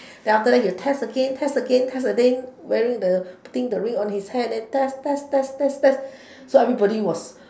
then after that he will test again test again test again wearing the putting the ring on his hand then test test test test test then so everybody was